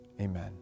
Amen